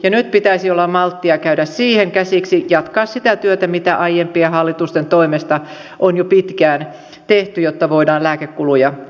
nyt pitäisi olla malttia käydä siihen käsiksi jatkaa sitä työtä mitä aiempien hallitusten toimesta on jo pitkään tehty jotta voidaan lääkekuluja hillitä